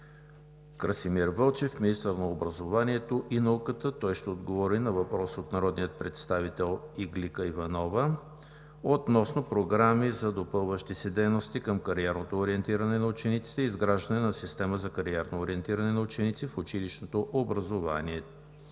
Красимир Вълчев – министър на образованието и науката. Той ще отговори на въпрос от народния представител Иглика Иванова относно програми за допълващи се дейности към кариерното ориентиране на учениците и изграждане на система за кариерно ориентиране на ученици в училищното образование.